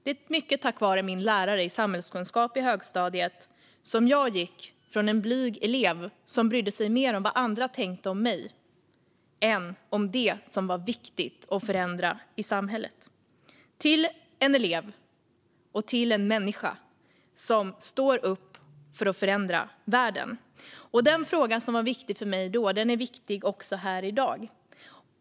Det är mycket tack vare min lärare i samhällskunskap i högstadiet som jag gick från en blyg elev som brydde sig mer om vad andra tänkte om mig än om det som var viktigt att förändra i samhället till en elev och till en människa som står upp för att förändra världen. Den fråga som var viktig för mig då är viktig också här i dag.